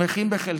שמחים בחלקם,